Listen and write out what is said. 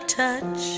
touch